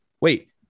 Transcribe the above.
wait